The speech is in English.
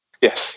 Yes